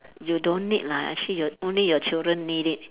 you don't need lah actually your only your children need it